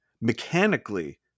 mechanically